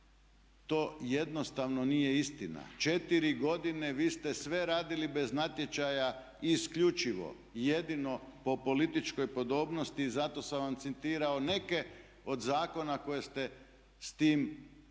To jednostavno nije istina. Četiri godine vi ste sve radili bez natječaja i isključivo i jedino po političkoj podobnosti i zato sam vam citirao neke od zakona koje ste s tom namjerom